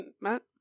Matt